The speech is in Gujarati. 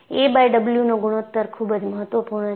a બાય W નો ગુણોત્તર ખૂબ જ મહત્વપૂર્ણ છે